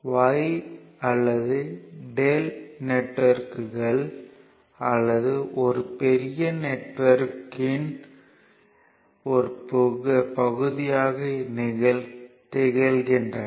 Y அல்லது Δ நெட்வொர்க்குகள் தங்களால் அல்லது ஒரு பெரிய நெட்வொர்க் இன் ஒரு பகுதியாக நிகழ்கின்றன